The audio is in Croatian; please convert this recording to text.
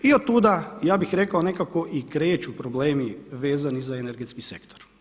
I od tuga ja bih rekao nekako i kreću problemi vezani za energetski sektor.